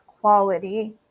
quality